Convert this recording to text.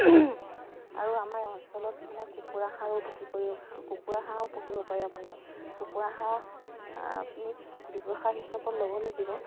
আৰু আমাৰ অঞ্চলত মানে কুকুৰা হাঁহো বিক্ৰী কৰিব কুকুৰা হাঁহো পুহিব পাৰে আপুনি কুকুৰা হাঁহ আপুনি ব্যৱসায় হিচাপত ল'ব লাগিব